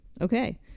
okay